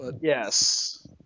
yes